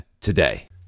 today